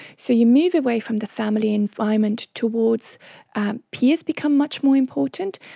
so you move away from the family environment towards peers become much more important,